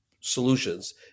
solutions